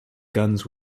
guns